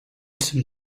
some